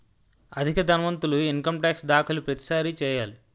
అధిక ధనవంతులు income tax దాఖలు ప్రతిసారి చేయాలి